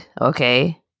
Okay